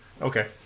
okay